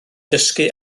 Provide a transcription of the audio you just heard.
dysgu